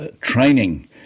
training